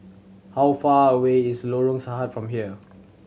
how far away is Lorong Sahad from here